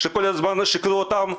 כשכל הזמן שיקרו לעובדים,